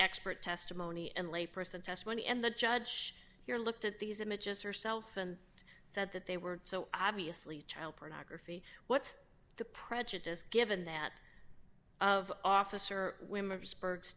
layperson testimony and the judge here looked at these images herself and said that they were so obviously child pornography what's the prejudice given that of officer women sp